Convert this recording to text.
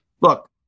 Look